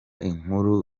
inkuru